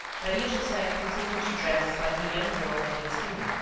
maria-jose continued to dress like a young girl of eighteen,